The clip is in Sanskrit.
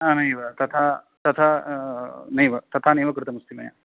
हा नैव तथा तथा नैव तथा नैव कृतमस्ति मया